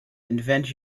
invent